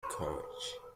courage